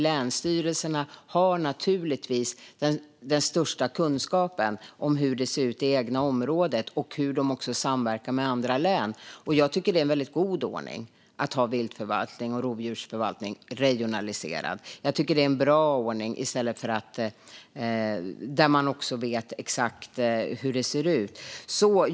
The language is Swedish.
Länsstyrelserna har naturligtvis den största kunskapen om hur det ser ut i det egna området och hur de samverkar med andra län. Jag tycker att det är en väldigt god ordning att ha viltförvaltning och rovdjursförvaltning regionaliserad där man vet exakt hur det ser ut.